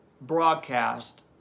broadcast